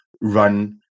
run